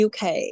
UK